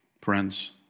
friends